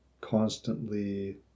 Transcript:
constantly